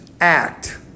act